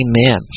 Amen